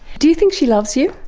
do you think she loves you?